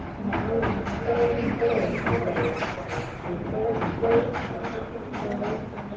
now like a sullen bull he roves through forest brakes and upland groves,